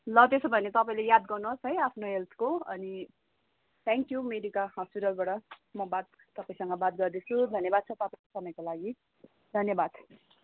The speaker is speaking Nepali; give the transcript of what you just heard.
ल त्यसो भने तपाईँले याद गर्नुहोस् है आफ्नो हेल्थको अनि थ्याङ्क्यु मेडिका हस्पिटलबाट म बात तपाईँसँग बात गर्दैछु धन्यवाद छ तपाईँलाई समयको लागि धन्यवाद